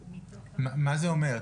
מה זה אומר?